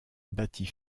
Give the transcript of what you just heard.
battit